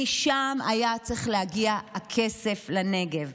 משם היה צריך להגיע הכסף לנגב.